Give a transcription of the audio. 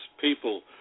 people